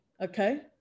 okay